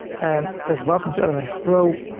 and it says welcome to elementor pro,